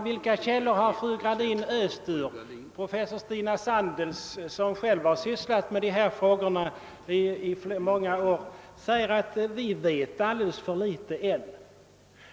Vilka källor har fru Gradin öst ur? Professor Stina Sandels, som själv har sysslat med de här frågorna i många år, säger att vi ännu vet alldeles för litet.